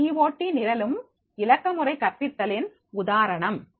இந்த டி ஓடி நிரலும் இலக்கமுறை கற்பித்தலின் உதாரணம்